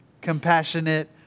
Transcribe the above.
compassionate